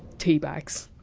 teabags!